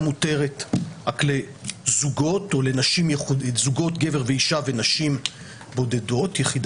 מותרת רק לזוגות גבר ואישה ונשים יחידניות,